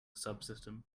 subsystem